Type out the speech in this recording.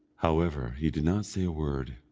however, he did not say a word,